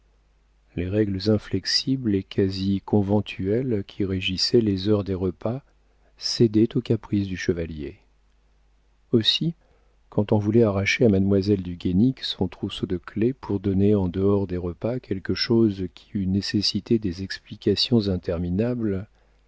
les règles inflexibles et quasi conventuelles qui régissaient les heures des repas cédaient aux caprices du chevalier aussi quand on voulait arracher à mademoiselle du guénic son trousseau de clefs pour donner en dehors des repas quelque chose qui eût nécessité des explications interminables